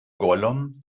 gollum